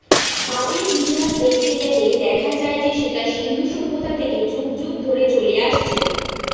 পাটের ইতিহাস দেখতে গেলে দেখা যায় যে সেটা সিন্ধু সভ্যতা থেকে যুগ যুগ ধরে চলে আসছে